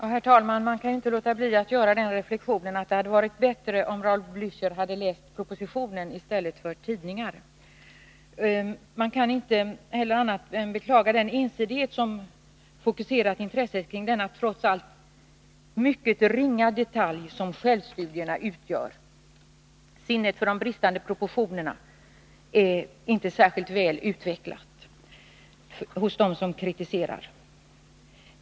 Herr talman! Jag kan inte låta bli att göra den reflexionen att det hade varit bra om Raul Blächer hade läst propositionen i stället för tidningar. Jag kan inte heller annat än beklaga den ensidighet varmed man fokuserar intresset på den trots allt mycket lilla detalj som självstudierna utgör. Sinnet för proportioner är inte särskilt väl utvecklat hos dem som kritiserar.